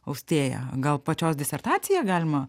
austėja gal pačios disertaciją galima